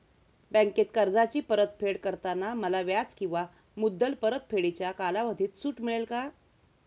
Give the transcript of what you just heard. बँकेत कर्जाची परतफेड करताना मला व्याज किंवा मुद्दल परतफेडीच्या कालावधीत सूट मिळेल का?